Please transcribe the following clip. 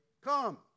come